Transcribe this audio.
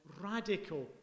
radical